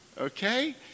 okay